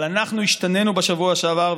אבל אנחנו השתנינו בשבוע שעבר,